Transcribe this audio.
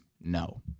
No